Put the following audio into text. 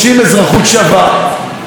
אנחנו רוצים להית אזרחים פה.